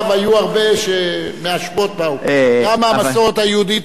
גם המסורת היהודית אומרת: היזהרו בבני עניים כי מהם תצא תורה.